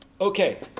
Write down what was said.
Okay